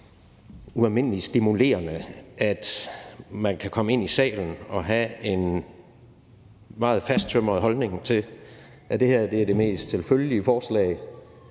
ualmindelig stimulerende, at man kan komme ind i salen og have den meget fasttømrede holdning, at det her er det mest selvfølgelige forslag,